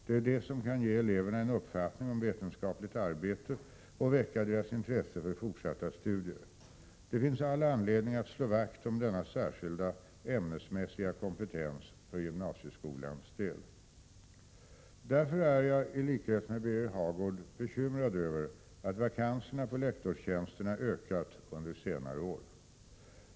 Det är de som kan ge eleverna en uppfattning om vetenskapligt arbete och väcka deras intresse för fortsatta studier. Det finns all anledning att slå vakt om denna särskilda ämnesmässiga kompetens för gymnasieskolans del. Därför är jag i likhet med Birger Hagård bekymrad över att vakanserna på lektorstjänster ökat under senare år.